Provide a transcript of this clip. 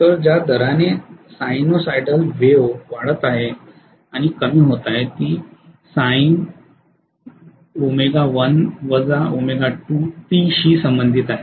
तर ज्या दराने साइनसॉइडल वेव्ह वाढत आहे आणि कमी होत आहे ती sint शी संबंधित आहे